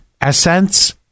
Essence